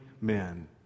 men